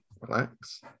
relax